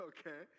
Okay